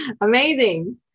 amazing